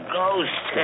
ghost